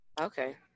Okay